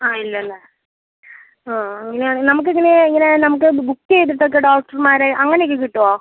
ആ ഇല്ലല്ലേ ഓ നമ്മക്കങ്ങനെ ഇങ്ങനെ നമുക്ക് ബുക്ക് ചെയ്തിട്ടൊക്കെ ഡോക്ടർമാരെ അങ്ങനെയൊക്കെ കിട്ടുമോ